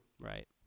Right